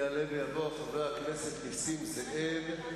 יעלה ויבוא חבר הכנסת נסים זאב,